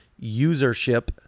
usership